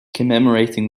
commemorating